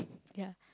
ya